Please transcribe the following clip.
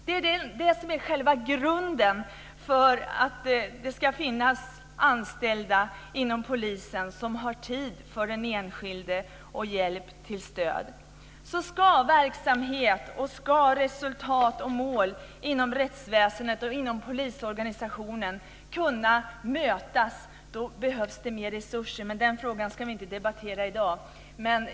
Där är själva grunden att det ska finnas anställda inom polisen som har tid för den enskilde, för hjälp och stöd. Ska verksamhet, resultat och mål inom rättsväsendet och polisorganisationen kunna mötas behövs det mer resurser. Men den frågan ska vi inte debattera i dag.